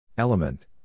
element